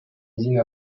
usine